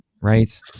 right